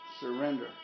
Surrender